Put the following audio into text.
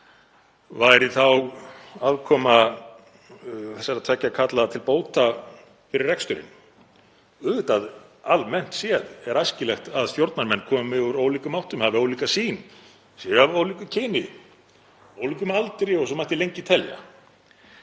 Væri þá aðkoma þessara tveggja karla til bóta fyrir reksturinn? Auðvitað er almennt séð æskilegt að stjórnarmenn komi úr ólíkum áttum, hafi ólíka sýn, séu af ólíku kyni, ólíkum aldri og svo mætti lengi telja.